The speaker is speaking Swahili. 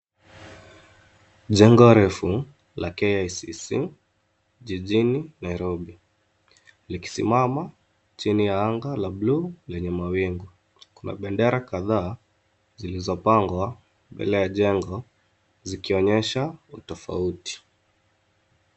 Jengo refu la KICC jijini Nairobi, likisimama chini ya anga la buluu lenye mawingu. Kuna bendera kadhaa zilizopangwa mbele ya jengo zikionyesha utofauti.